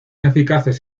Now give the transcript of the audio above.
eficaces